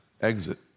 exit